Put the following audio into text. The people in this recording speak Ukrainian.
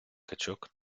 качок